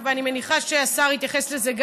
ואני מניחה שהשר יתייחס לזה,